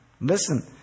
Listen